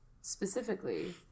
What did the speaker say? specifically